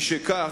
משכך,